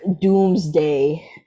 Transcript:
doomsday